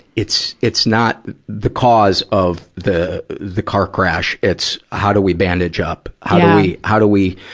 it's, it's not, the cause of the, the car crash it's how do we bandage up. how do we, how do we,